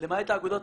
למעט האגודות,